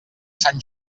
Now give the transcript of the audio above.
sant